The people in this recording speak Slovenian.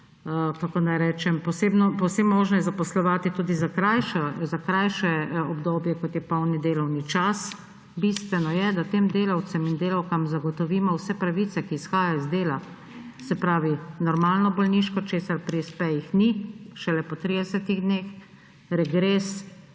smo našli rešitev, povsem možno je zaposlovati tudi za krajše obdobje, kot je polni delovni čas. Bistveno je, da tem delavcem in delavkam zagotovimo vse pravice, ki izhajajo iz dela, se pravi normalno bolniško, česar pri espejih ni, šele po 30 dneh, regres